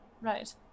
Right